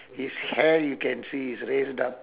his hair you can see it's raised up